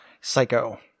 psycho